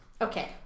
okay